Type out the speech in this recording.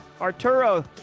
Arturo